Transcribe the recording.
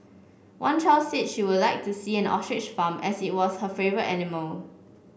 one child said she would like to see an ostrich farm as it was her favourite animal